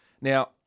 Now